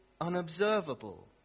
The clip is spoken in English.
unobservable